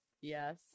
Yes